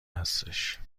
هستش